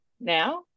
now